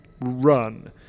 run